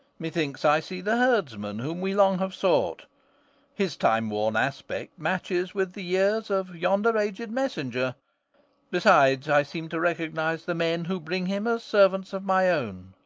methinks i see the herdsman who we long have sought his time-worn aspect matches with the years of yonder aged messenger besides i seem to recognize the men who bring him as servants of my own.